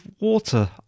water